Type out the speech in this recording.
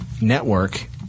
network